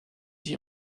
sich